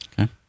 Okay